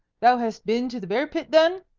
thou hast been to the bear-pit, then?